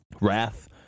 Wrath